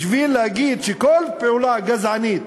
בשביל להגיד שלכל פעולה גזענית,